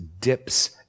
dips